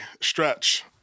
Stretch